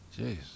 Jeez